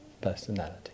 personality